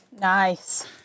Nice